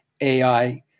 AI